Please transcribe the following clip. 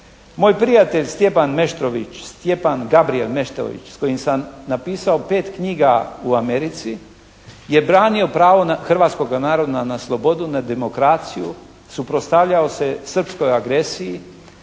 Moj prijatelj Stjepan Meštrović, Stjepan Gabrijel Meštrović s kojim sam napisao 5 knjiga u Americi je branio pravo hrvatskoga naroda na slobodu, na demokraciju, suprotstavljao se srpskoj agresiji.